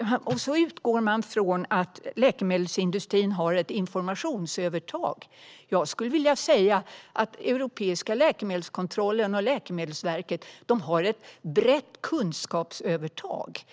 Man utgår från att läkemedelsindustrin har ett informationsövertag. Jag skulle vilja säga att den europeiska läkemedelskontrollen och Läkemedelsverket har ett brett kunskapsövertag.